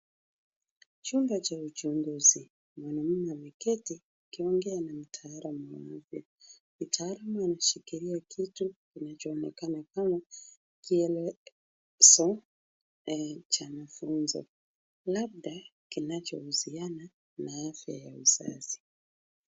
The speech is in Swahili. Chumba cha uchunguzi, mwanaume ameketi akiongea na mtaalam wa afya. Mtaalam anashikilia kitu kinachoonena kama kielezo cha mafunzo, labda kinachohusiana na afya ya uzazi.